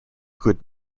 good